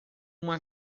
uma